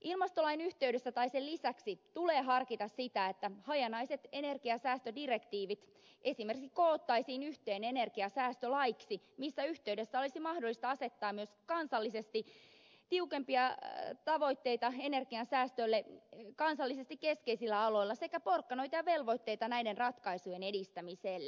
ilmastolain yhteydessä tai sen lisäksi tulee harkita sitä että hajanaiset energiansäästödirektiivit esimerkiksi koottaisiin yhteen energiansäästölaiksi missä yhteydessä olisi mahdollista asettaa myös kansallisesti tiukempia tavoitteita energian säästölle kansallisesti keskeisillä aloilla sekä porkkanoita ja velvoitteita näiden ratkaisujen edistämiselle